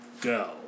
go